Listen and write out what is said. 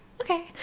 Okay